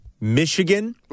Michigan